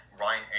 Ryan